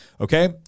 Okay